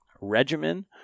regimen